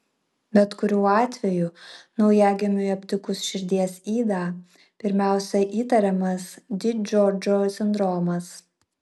bet kuriuo atveju naujagimiui aptikus širdies ydą pirmiausia įtariamas di džordžo sindromas